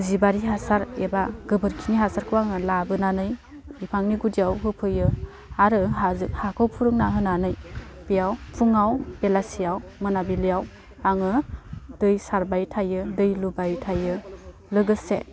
जिबारि हासार एबा गोबोरखिनि हासारखौ आङो लाबोनानै बिफांनि गुदियाव होफैयो आरो हाजो हाखौ फुरुंना होनानै बेयाव फुङाव बेलासियाव मोनाबिलियाव आङो दै सारबाय थायो दै लुबाय थायो लोगोसे